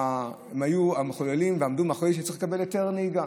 הם היו המחוללים ואלה שעמדו מאחורי הדרישה לקבל היתר נהיגה.